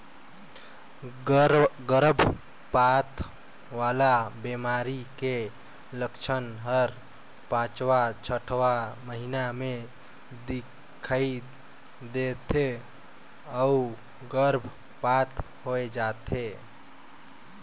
गरभपात वाला बेमारी के लक्छन हर पांचवां छठवां महीना में दिखई दे थे अउ गर्भपात होय जाथे